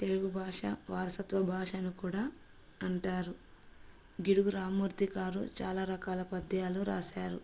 తెలుగు భాష వారసత్వ భాష అని కూడా అంటారు గిడుగు రామూర్తిగారు చాలా రకాల పద్యాలు రాశారు